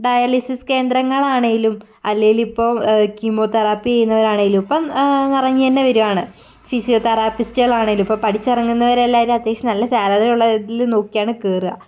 dialysis കേന്ദ്രങ്ങളാണെങ്കിലും അല്ലേലിപ്പോൾ chemotherapy ചെയ്യുന്നവരാണെങ്കിലും ഇപ്പം നിറഞ്ഞു തന്നെ വരുകയാണ് ഫിസിയോ തെറാപ്പിസ്റ്റുകളാണെങ്കിലും ഇപ്പം പഠിച്ചിറങ്ങുന്നവരെല്ലാവരും അത്യാവശ്യം നല്ല സാലറിയുള്ള ഇതിൽ നോക്കിയിട്ടാണു കേറുക